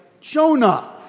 Jonah